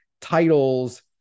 titles